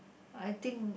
I think